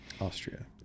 austria